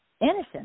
innocent